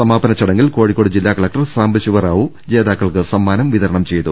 സമാ പന ചടങ്ങിൽ കോഴിക്കോട് ജില്ലാ കലക്ടർ സാംബശിവ റാവു ജേതാ ക്കൾക്ക് സമ്മാനം വിതരണം ചെയ്തു